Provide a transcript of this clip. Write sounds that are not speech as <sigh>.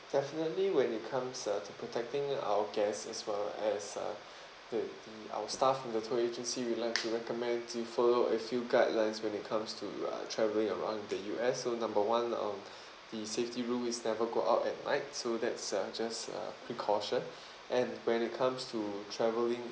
definitely when it comes ah to protecting our guests as well as uh <breath> the the our staff from the tour agency we'd like to recommend you to follow a few guidelines when it comes to uh travelling around the U_S so number one um <breath> the safety rule is never go out at night so that's uh just a precaution <breath> and when it comes to travelling